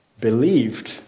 believed